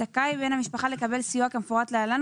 זכאי בן המשפחה לקבל סיוע כמפורט להלן,